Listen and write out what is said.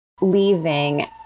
leaving